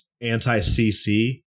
anti-CC